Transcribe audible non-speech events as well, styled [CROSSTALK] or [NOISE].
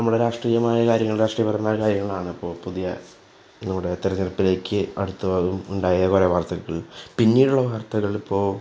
നമ്മുടെ രാഷ്ട്രീയമായ കാര്യങ്ങൾ രാഷ്ട്രീയപരമായ കാര്യങ്ങളാണിപ്പോള് പുതിയ [UNINTELLIGIBLE] തെരഞ്ഞെടുപ്പിലേക്ക് അടുത്തിടെ ഉണ്ടായ കുറേ വാർത്തകൾ പിന്നീടുള്ള വാർത്തകളിപ്പോള്